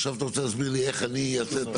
עכשיו אתה רוצה להסביר לי איך אני אעשה?